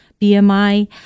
BMI